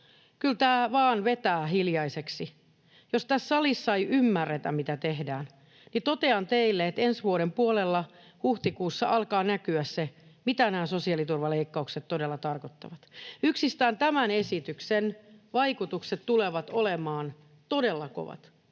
Kyllä tämä vaan vetää hiljaiseksi. Jos tässä salissa ei ymmärretä, mitä tehdään, niin totean teille, että ensi vuoden puolella huhtikuussa alkaa näkyä se, mitä nämä sosiaaliturvaleikkaukset todella tarkoittavat. Yksistään tämän esityksen vaikutukset tulevat olemaan todella kovat.